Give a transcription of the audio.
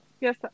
Yes